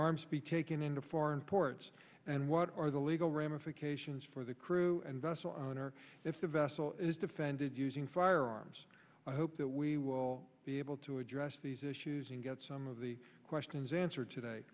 arms be taken into foreign ports and what are the legal ramifications for the crew and vessel owner if the vessel is defended using firearms i hope that we will be able to address these issues and get some of the questions answered today